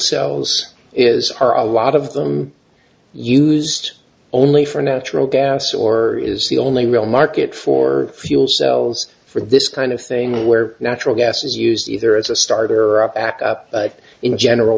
cells is are a lot of them used only for natural gas or is the only real market for fuel cells for this kind of thing where natural gas is used either as a starter of x in general